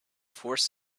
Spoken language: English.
forced